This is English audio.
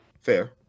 Fair